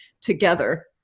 together